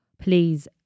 please